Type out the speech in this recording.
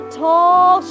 tall